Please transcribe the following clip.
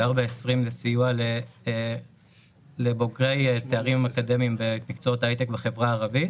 ו-4.20 זה סיוע לבוגרי תארים אקדמיים במקצועות הייטק בחברה הערבית